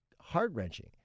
heart-wrenching